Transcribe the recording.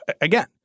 again